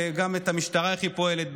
גם איך המשטרה פועלת,